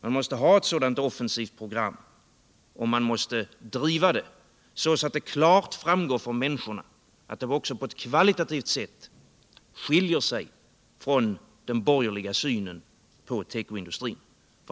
Man måste ha ett sådant offensivt program och man måste driva det så att det klart framgår för människorna att det också på ett kvalitativt sätt skiljer sig från den borgerliga synen på tekoindustrin.